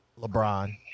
LeBron